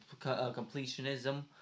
completionism